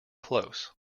close